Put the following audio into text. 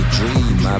dream